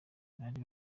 bari